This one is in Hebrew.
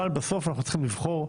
אבל בסוף אנחנו צריכים לבחור,